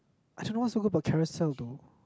I don't know what's so good about Carousell though